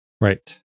Right